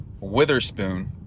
Witherspoon